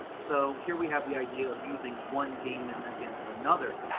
so here we have the idea of using one demon against another,